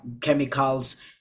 chemicals